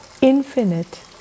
infinite